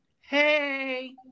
Hey